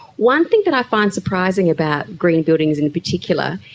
one thing that i find surprising about green buildings in particular,